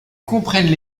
comprennent